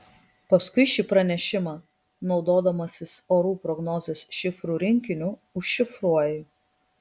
paskui šį pranešimą naudodamasis orų prognozės šifrų rinkiniu užšifruoji